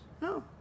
No